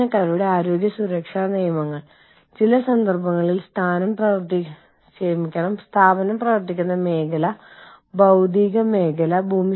എല്ലാവരുടെയും താൽപ്പര്യങ്ങൾ തുല്യ പ്രാധാന്യമുള്ളതാണെന്ന് എച്ച്ആർ ആളുകളെ ബോധ്യപ്പെടുത്തുക എന്നതാണ് ആദ്യത്തെ വെല്ലുവിളി